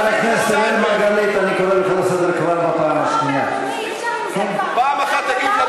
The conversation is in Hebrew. למה, באמת תמיד התשובה שלך, פעם אחת תגיד.